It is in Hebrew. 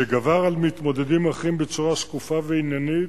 שגבר על מתמודדים אחרים בצורה שקופה ועניינית,